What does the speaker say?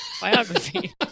Biography